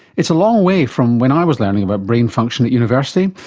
it's a long way from when i was learning about brain function at university.